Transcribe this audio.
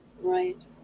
right